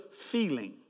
feeling